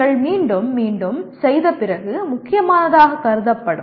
நீங்கள் மீண்டும் மீண்டும் செய்த பிறகு முக்கியமானதாகக் கருதப்படும்